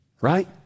right